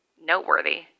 noteworthy